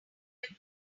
batty